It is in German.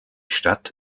stadt